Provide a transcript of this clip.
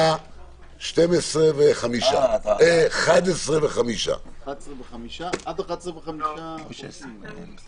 תהיה בשעה 11:05. עד 11:05 חופשיים.